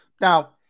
Now